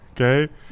Okay